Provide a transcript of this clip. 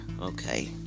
Okay